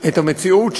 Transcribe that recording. את המציאות,